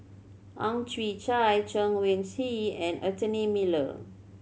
Ang Chwee Chai Chen Wen Hsi and Anthony Miller